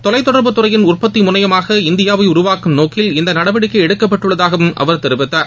தொலைத்தொடர்புத்துறையின் உற்பத்தி முனையமாக இந்தியாவை உருவாக்கும் நோக்கில் இந்த நடவடிக்கை எடுக்கப்பட்டுள்ளதாகவும் அவர் தெரிவித்தார்